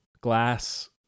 Glass